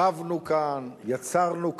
רבנו כאן, יצרנו כאן,